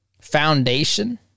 foundation